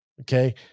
okay